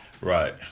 Right